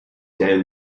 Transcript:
down